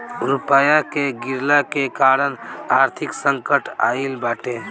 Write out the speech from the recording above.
रुपया के गिरला के कारण आर्थिक संकट आईल बाटे